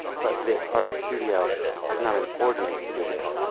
but this artist's studio is not an ordinary studio.